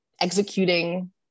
executing